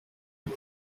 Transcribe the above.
iri